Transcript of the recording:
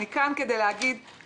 לא היית צריכה להגיד את זה.